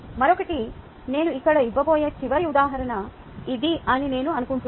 మరొకటి నేను ఇక్కడ ఇవ్వబోయే చివరి ఉదాహరణ ఇదే అని నేను అనుకుంటున్నాను